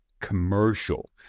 commercial